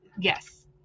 Yes